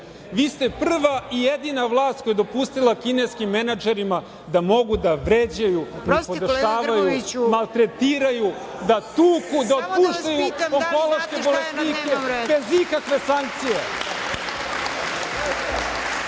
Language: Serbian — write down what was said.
Vi ste prva i jedina vlast koja je dopustila kineskim menadžerima da mogu da vređaju, nipodaštavaju, maltretiraju, da tuku, da otpuštaju onkološke bolesnike bez ikakve sankcije.